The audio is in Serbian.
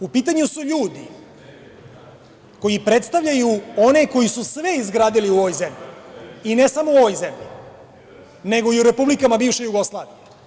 U pitanju su ljudi koji predstavljaju one koje su sve izgradili u ovoj zemlji i ne samo u ovoj zemlji, nego i u republikama bivše Jugoslavije.